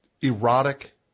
erotic